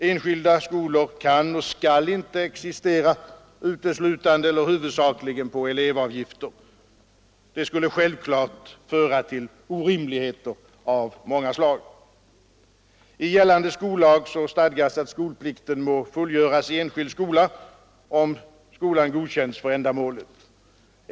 Enskilda skolor kan inte och skall inte existera uteslutande eller huvudsakligen på elevavgifter. Det skulle självklart föra till orimligheter av många slag. I gällande skollag stadgas att skolplikten må fullgöras i enskild skola om skolan godkänts för ändamålet.